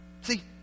See